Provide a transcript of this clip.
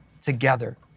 together